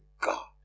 God